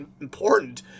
important